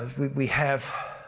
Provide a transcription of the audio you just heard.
we we have.